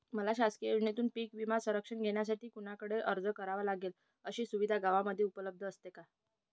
मला शासकीय योजनेतून पीक विमा संरक्षण घेण्यासाठी कुणाकडे अर्ज करावा लागेल? अशी सुविधा गावामध्ये उपलब्ध असते का?